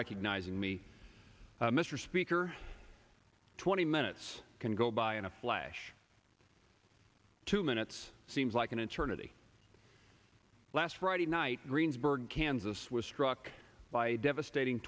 recognizing me mr speaker twenty minutes can go by in a flash two minutes seems like an eternity last friday night greensburg kansas was struck by a devastating